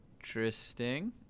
Interesting